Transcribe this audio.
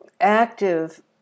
active